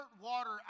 water